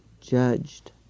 judged